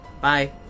Bye